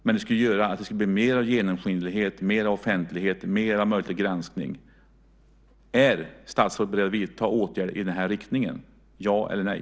Den skulle göra att det blev mer genomskinlighet, mer offentlighet och mer möjligheter till granskning. Är statsrådet beredd att vidta åtgärder i den här riktningen, ja eller nej?